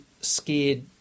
scared